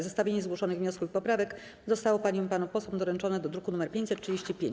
Zestawienie zgłoszonych wniosków i poprawek zostało paniom i panom posłom doręczone do druku nr 535.